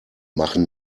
machen